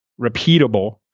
repeatable